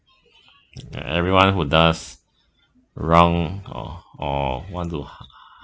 and everyone who does wrong or or want to